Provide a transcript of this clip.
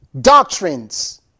doctrines